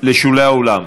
לשולי האולם.